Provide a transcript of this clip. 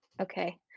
okay